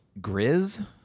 Grizz